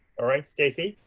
all right, stacey,